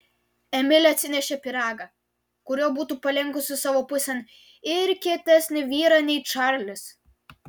emilė atsinešė pyragą kuriuo būtų palenkusi savo pusėn ir kietesnį vyrą nei čarlis